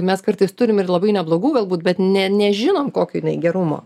mes kartais turim ir labai neblogų galbūt bet ne nežinom kokio jinai gerumo